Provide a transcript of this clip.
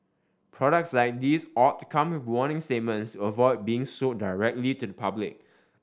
products like these ought to come with warning statements avoid being sold directly to the public